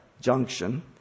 Junction